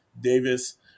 Davis